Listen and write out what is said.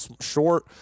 Short